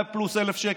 100,000 פלוס שקל.